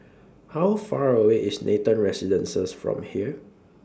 How Far away IS Nathan Residences from here